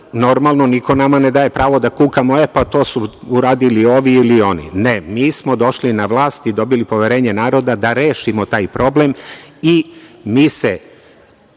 Normalno, niko nama ne daje pravo da kukamo – e, pa to su uradili ovi ili oni. Ne, mi smo došli na vlast i dobili poverenje naroda da rešimo taj problem i mi se